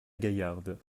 gaillarde